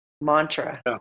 mantra